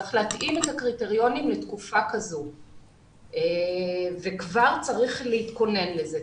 צריך להתאים את הקריטריונים לתקופה כזו וכבר צריך להתכונן לזה.